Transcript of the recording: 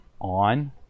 on